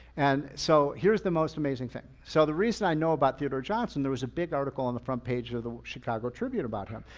and so here's the most amazing thing. so the reason i know about theodore johnson, there was a big article on the front page of the chicago tribune about him.